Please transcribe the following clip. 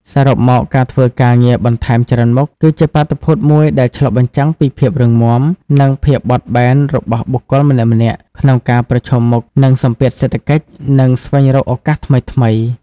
សរុបមកការធ្វើការងារបន្ថែមច្រើនមុខ គឺជាបាតុភូតមួយដែលឆ្លុះបញ្ចាំងពីភាពរឹងមាំ និងភាពបត់បែនរបស់បុគ្គលម្នាក់ៗក្នុងការប្រឈមមុខនឹងសម្ពាធសេដ្ឋកិច្ច និងស្វែងរកឱកាសថ្មីៗ។